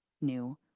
new